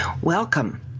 Welcome